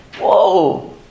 whoa